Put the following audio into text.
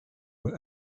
were